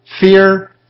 Fear